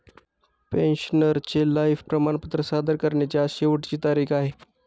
पेन्शनरचे लाइफ प्रमाणपत्र सादर करण्याची आज शेवटची तारीख आहे